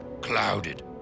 clouded